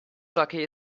jockey